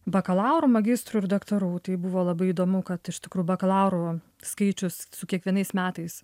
bakalaurų magistrų ir daktarų tai buvo labai įdomu kad iš tikrųjų bakalaurų skaičius su kiekvienais metais